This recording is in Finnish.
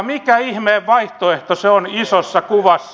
mikä ihmeen vaihtoehto se on isossa kuvassa